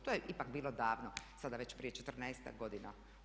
To je ipak bilo davno, sada već prije 14-ak godina.